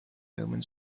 omens